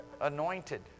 Anointed